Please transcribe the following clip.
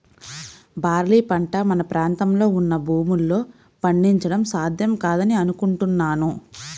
barley పంట మన ప్రాంతంలో ఉన్న భూముల్లో పండించడం సాధ్యం కాదని అనుకుంటున్నాను